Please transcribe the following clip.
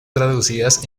traducidas